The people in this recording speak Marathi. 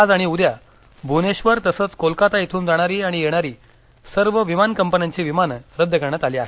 आज आणि उद्या भुवनेश्वर तसंच कोलकाता इथून जाणारी आणि येणारी सर्व विमान कंपन्यांची विमानं रद्द करण्यात आली आहेत